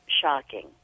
shocking